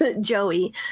joey